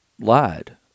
lied